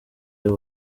y’u